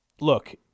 look